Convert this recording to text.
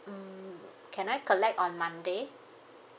hmm can I collect on monday